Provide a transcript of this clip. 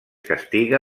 castiga